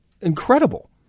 incredible